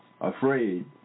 afraid